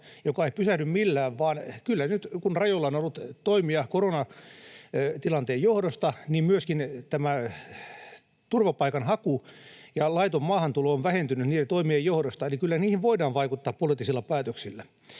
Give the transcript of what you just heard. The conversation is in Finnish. joka ei pysähdy millään, vaan kyllä nyt kun rajoilla on ollut toimia koronatilanteen johdosta, myöskin turvapaikanhaku ja laiton maahantulo on vähentynyt niiden toimien johdosta. Eli kyllä niihin voidaan vaikuttaa poliittisilla päätöksillä.